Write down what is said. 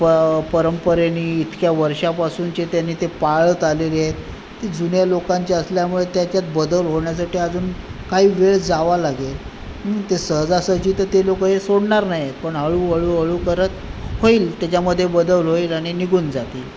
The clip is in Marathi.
प परंपरेने इतक्या वर्षापासून जे त्यांनी ते पाळत आलेले आहेत जुन्या लोकांच्या असल्यामुळे त्याच्यात बदल होण्यासाठी अजून काही वेळ जावा लागेल ते सहजासहजी तर ते लोक हे सोडणार नाहीत पण हळूहळू हळू करत होईल त्याच्यामधे बदल होईल आणि निघून जातील